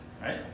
right